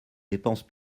dépenses